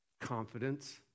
Confidence